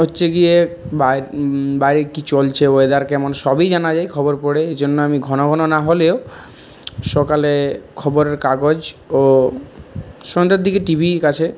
হচ্ছে গিয়ে বাইরে কী চলছে ওয়েদার কেমন সবই জানা যায় খবর পড়ে এই জন্য আমি ঘন ঘন না হলেও সকালে খবরের কাগজ ও সন্ধ্যার দিকে টিভির কাছে